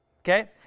okay